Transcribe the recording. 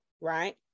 Right